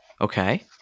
Okay